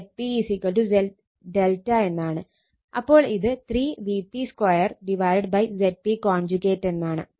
അപ്പോൾ ഇത് 3 Vp 2 Zp എന്നാണ്